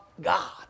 God